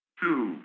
two